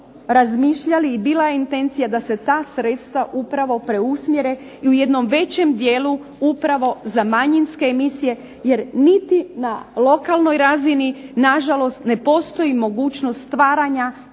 razmišljali i bila je intencija da se ta sredstva upravo preusmjere u jednom većem dijelu upravo za manjinske emisije, jer niti na lokalnoj razini nažalost ne postoji mogućnost stvaranja